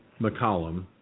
McCollum